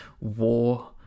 war